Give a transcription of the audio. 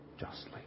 justly